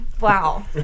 Wow